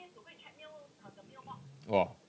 !wah!